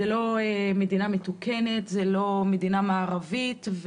זו לא מדינה מתוקנת, זו לא מדינה מערבית.